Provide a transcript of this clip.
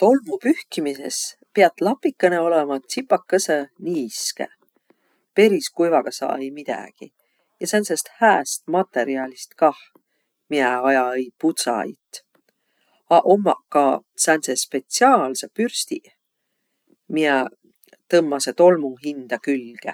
Tolmu pühkmises piät lapikõnõ olõma tsipakõsõ niiske. Peris kuivaga saa-i midägiq. Ja sääntsest hääst matõrjalist kah, miä aja-õi pudsajit. Aq ommaq ka sääntseq spetsiaalseq pürstiq, miä tõmmasõq tolmu hindä külge.